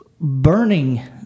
burning